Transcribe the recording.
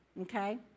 Okay